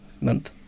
month